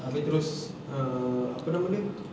abeh terus err apa nama dia